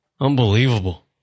Unbelievable